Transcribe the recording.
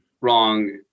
wrong